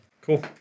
Cool